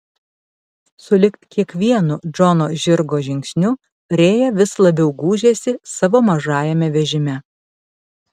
sulig kiekvienu džono žirgo žingsniu rėja vis labiau gūžėsi savo mažajame vežime